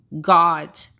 God